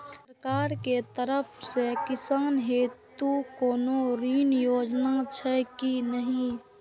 सरकार के तरफ से किसान हेतू कोना ऋण योजना छै कि नहिं?